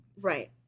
right